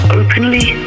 openly